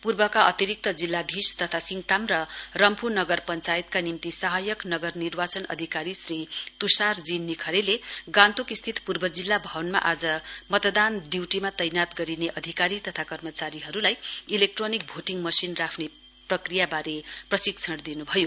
पूर्वका अतिरिक्त जिल्लाधीश तथा सिङताम र रम्फू नगर पश्चायतका निम्ति सहायक नगर निर्वाचन अधिकारी श्री तुषार जी निखरेले गान्तोक स्थित पूर्व जिल्ला भवनमा आज मतदान ड्यूटीमा तैनात गरिने अधिकारी तथा कर्मचारीहरुलाई इलेक्ट्रोनिक भोटीङ मशिन राख्ने प्रक्रियावारे प्रशिक्षण दिनुभयो